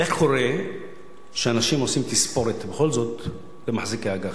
איך קורה שאנשים עושים תספורת בכל זאת למחזיקי אג"חים?